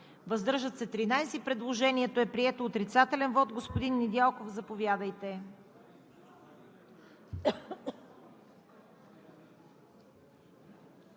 въздържали се 13. Предложението е прието. Отрицателен вот – господин Недялков, заповядайте.